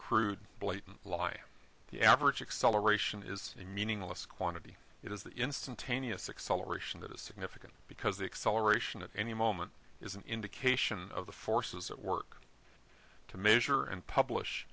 crude blatant lie the average acceleration is a meaningless quantity it is the instantaneous acceleration that is significant because the acceleration at any moment is an indication of the forces at work to measure and publish